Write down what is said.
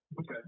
okay